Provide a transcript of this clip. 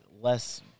less